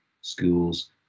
schools